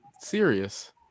serious